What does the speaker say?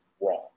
wrong